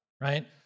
right